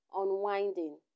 unwinding